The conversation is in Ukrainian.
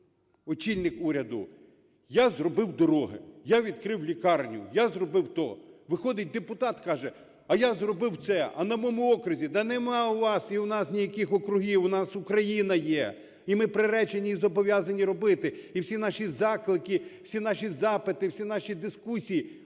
коли очільник уряду: "Я зробив дороги. Я відкрив лікарню. Я зробив то". Виходить депутат, каже: "Я зробив це. А на моєму окрузі…". Да нема у вас і в нас ніяких округів, у нас Україна є, і ми приречені і зобов’язані робити. І всі наші заклики, всі наші запити, всі наші дискусії